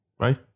Right